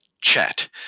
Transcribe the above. Chat